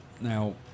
now